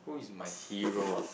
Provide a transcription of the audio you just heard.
who is my hero ah